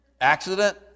Accident